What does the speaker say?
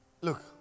Look